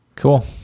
cool